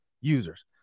users